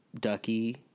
ducky